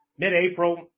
Mid-April